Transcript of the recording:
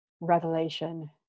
revelation